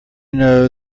know